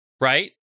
right